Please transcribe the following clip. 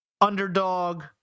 underdog